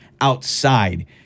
outside